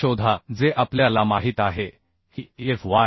शोधा जे आपल्या ला माहित आहे की Fy